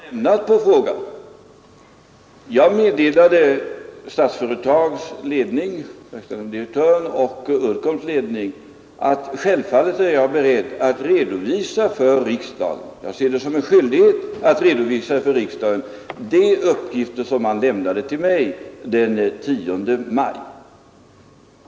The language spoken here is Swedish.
Herr talman! Jag vet ju inte vilket svar man har lämnat på frågan. Jag meddelade Statsföretags ledning, verkställande direktören och Uddcombs ledning att jag självfallet är beredd att redovisa för riksdagen — jag ser det som min skyldighet — de uppgifter som man lämnade till mig den 10 maj.